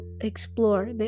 explore